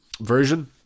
version